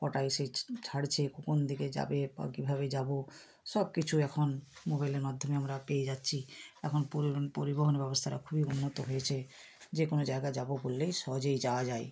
কটায় সে ছাড়ছে কোন দিকে যাবে বা কীভাবে যাবো সব কিছু এখন মোবাইলের মাধ্যমে আমরা পেয়ে যাচ্ছি এখন পরিবহন পরিবহন ব্যবস্থাটা খুবই উন্নত হয়েছে যে কোনও জায়গা যাবো বললেই সহজেই যাওয়া যায়